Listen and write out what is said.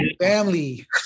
Family